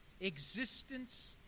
existence